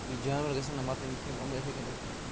بیٚیہِ جانوَر گژھَن نہٕ مَتٕنۍ کیٚنٛہہ یِمَن یِتھَے کٔنۍ یِتھَے کٔنۍ